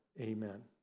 amen